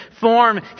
form